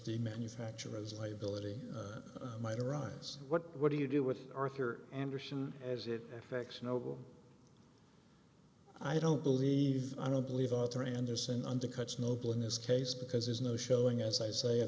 the manufacturer's liability might arise what do you do with arthur andersen as it affects you know i don't believe i don't believe author anderson undercuts noble in this case because there's no showing as i say